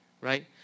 Right